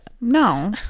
No